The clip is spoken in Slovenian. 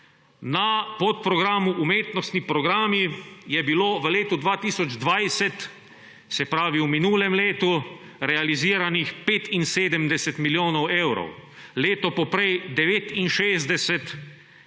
Na podprogramu Umetnostni programi je bilo v letu 2020, se pravi v minulem letu, realiziranih 75 milijonov evrov, leto poprej 69 in še